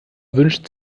wünscht